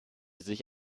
sich